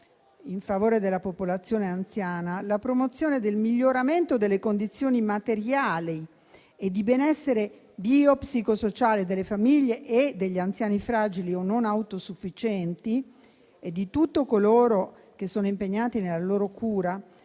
in favore della popolazione anziana, la promozione del miglioramento delle condizioni materiali e di benessere bio-psico-sociale delle famiglie e degli anziani fragili o non autosufficienti e di tutti coloro che sono impegnati nella loro cura